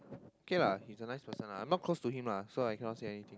K lah he's a nice person lah I not close to him so I cannot say anything